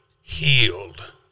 healed